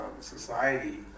society